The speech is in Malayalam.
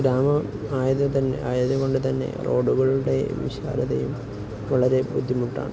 ഗ്രാമം ആയതുകൊണ്ട് തന്നെ റോഡുകളുടെ വിശാലതയും വളരെ ബുദ്ധിമുട്ടാണ്